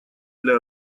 для